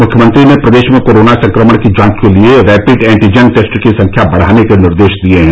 मुख्यमंत्री ने प्रदेश में कोरोना संक्रमण की जांच के लिए रैपिड एन्टीजन टेस्ट की संख्या बढ़ाने के निर्देश दिए हैं